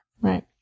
Right